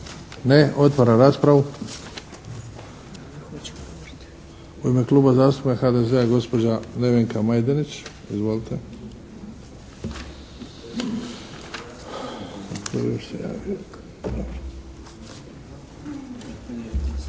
Ne. Otvaram raspravu. U ime Kluba zastupnika HDZ-a gospođa Nevenka Majdenić. Izvolite.